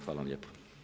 Hvala vam lijepo.